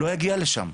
לא יגיע לשם,